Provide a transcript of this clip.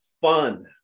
Fun